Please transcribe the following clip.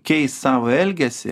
keist savo elgesį